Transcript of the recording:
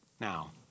Now